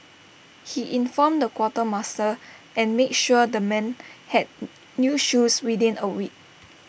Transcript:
he informed the quartermaster and made sure the men had new shoes within A week